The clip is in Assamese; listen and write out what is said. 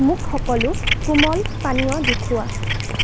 মোক সকলো কোমল পানীয় দেখুওৱা